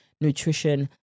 nutrition